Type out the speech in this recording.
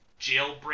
Jailbreak